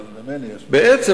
בעצם,